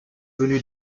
venu